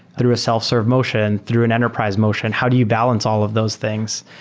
through a self-serve motion, through an enterprise motion. how do you balance all of those things?